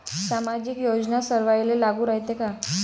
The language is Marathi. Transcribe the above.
सामाजिक योजना सर्वाईले लागू रायते काय?